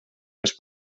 els